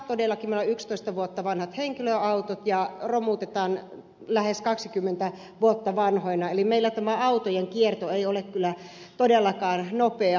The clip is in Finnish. todellakin meillä on yksitoista vuotta vanhat henkilöautot ja romutetaan lähes kaksikymmentä vuotta vanhoina eli tämä autojen kierto ei ole kyllä todellakaan nopeaa